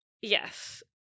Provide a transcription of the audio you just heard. yes